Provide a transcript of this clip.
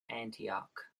antioch